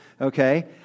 Okay